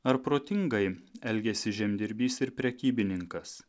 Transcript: ar protingai elgėsi žemdirbys ir prekybininkas